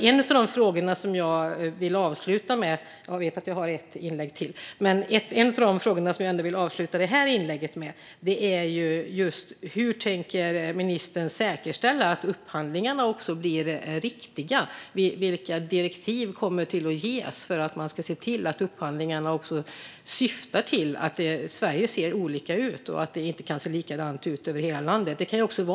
En fråga som jag vill avsluta detta inlägg med - jag vet att jag har ett inlägg till - är hur ministern tänker säkerställa att upphandlingarna sker på ett riktigt sätt. Vilka direktiv kommer att ges utifrån att det inte ser likadant ut i hela landet?